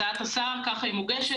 כך הצעת השר מוגשת.